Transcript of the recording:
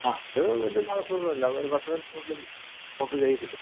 ആ അത് വലിയ താമസം ഉള്ളതല്ല ഒരു പത്ത് മിനിറ്റിനുള്ളിൽ കോപ്പി കയ്യിൽ കിട്ടും